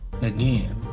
Again